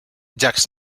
jacques